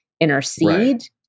intercede